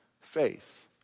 faith